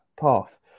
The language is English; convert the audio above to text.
path